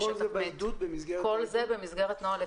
וכל זה במסגרת העידוד?